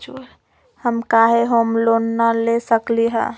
हम काहे home loan न ले सकली ह?